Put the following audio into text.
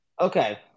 Okay